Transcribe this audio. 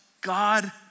God